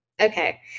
Okay